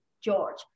george